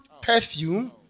perfume